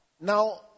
now